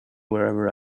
wherever